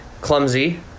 clumsy